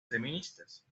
feministas